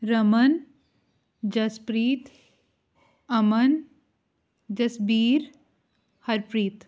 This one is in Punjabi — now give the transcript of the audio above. ਰਮਨ ਜਸਪ੍ਰੀਤ ਅਮਨ ਜਸਵੀਰ ਹਰਪ੍ਰੀਤ